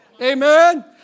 Amen